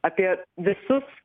apie visus